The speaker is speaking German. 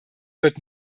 wird